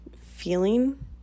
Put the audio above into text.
feeling